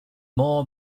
more